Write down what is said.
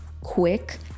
quick